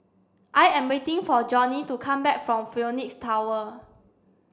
I am waiting for Jonnie to come back from Phoenix Tower